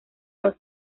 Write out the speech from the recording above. los